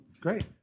Great